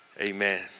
Amen